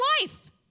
life